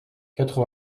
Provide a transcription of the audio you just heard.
quatre